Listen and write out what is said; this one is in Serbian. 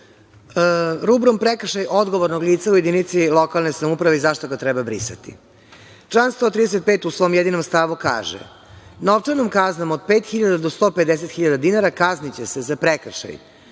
Rubrum – prekršaj odgovornog lica u jedinici lokalne samouprave i zašto ga treba brisati. Član 135. u svom jedinom stavu kaže – novčanom kaznom od 5.000 do 150.000 dinara kazniće se za prekršaj